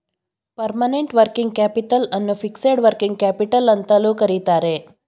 permanent working capital ಅನ್ನು fixed working capital ಅಂತಲೂ ಕರಿತರೆ